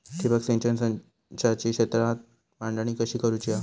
ठिबक सिंचन संचाची शेतात मांडणी कशी करुची हा?